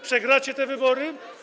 Przegracie te wybory.